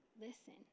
listen